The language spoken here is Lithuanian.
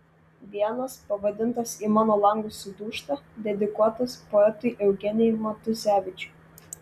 vienas pavadintas į mano langus sudūžta dedikuotas poetui eugenijui matuzevičiui